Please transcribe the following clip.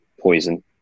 poison